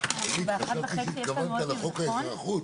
11:19.